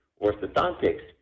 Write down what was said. orthodontics